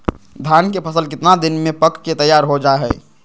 धान के फसल कितना दिन में पक के तैयार हो जा हाय?